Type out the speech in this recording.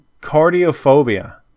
cardiophobia